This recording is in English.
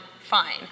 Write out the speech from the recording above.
fine